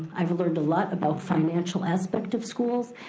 i've learned a lot about financial aspect of schools,